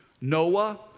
Noah